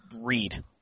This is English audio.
Read